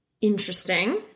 Interesting